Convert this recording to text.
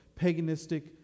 paganistic